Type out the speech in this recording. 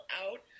out